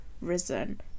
risen